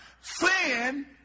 Sin